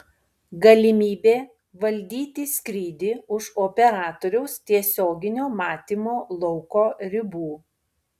galimybė valdyti skrydį už operatoriaus tiesioginio matymo lauko ribų